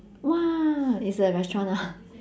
!wah! it's a restaurant ah